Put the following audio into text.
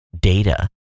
data